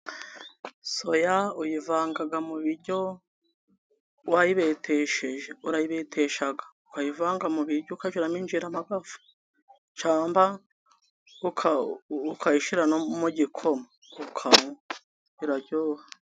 Soya uyivanga mu biryo wayibetesheje, urayibetesha ukayivanga mu biryo, ukajya uraminjiramo agafu cyangwa ukayishyira no mu gikoma, ukanywa biraryoha.